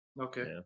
Okay